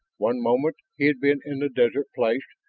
one moment he had been in the desert place,